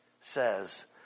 says